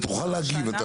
אתה תוכל להגיב, אתה